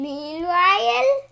Meanwhile